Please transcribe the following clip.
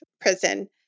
prison